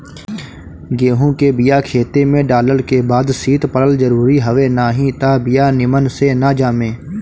गेंहू के बिया खेते में डालल के बाद शीत पड़ल जरुरी हवे नाही त बिया निमन से ना जामे